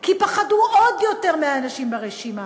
כי פחדו עוד יותר מהאנשים ברשימה.